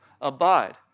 abide